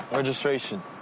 Registration